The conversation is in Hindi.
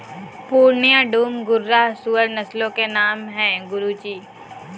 पूर्णिया, डूम, घुर्राह सूअर नस्लों के नाम है गुरु जी